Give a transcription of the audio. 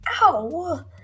Ow